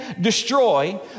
destroy